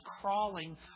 crawling